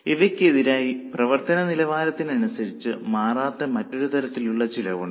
ഇവയ്ക്കെതിരായി പ്രവർത്തന നിലവാരത്തിനനുസരിച്ച് മാറാത്ത മറ്റൊരു തരത്തിലുള്ള ചെലവുമുണ്ട്